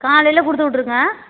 காலையில கொடுத்துவுட்ருங்க